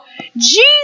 Jesus